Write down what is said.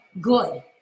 good